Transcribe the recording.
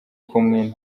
kumwe